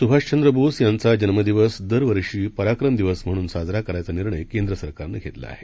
सुभाषचंद्र बोस यांचा जन्मदिवस दरवर्षी पराक्रम दिवस म्हणून साजरा करायचा निर्णय केंद्र सरकारनं घेतला आहे